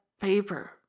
paper